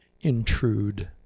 intrude